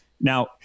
now